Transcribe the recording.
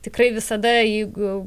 tikrai visada jeigu jau